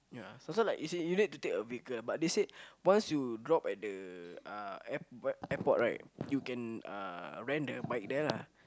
ya so so like you see you need to take a vehicle but they said once you drop at the uh airport the airport right you can uh rent the bike there lah